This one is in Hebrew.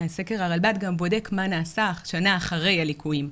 סקר הרלב"ד גם בודק מה נעשה שנה אחרי הליקויים.